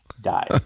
die